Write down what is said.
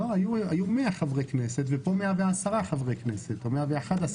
היו 100 חברי כנסת, ופה 111 חברי כנסת.